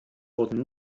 wurden